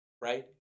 Right